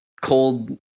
cold